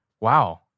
wow